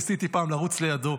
ניסיתי פעם לרוץ לידו,